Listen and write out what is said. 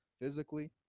physically